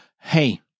Hey